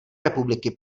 republiky